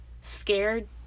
scared